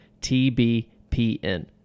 TBPN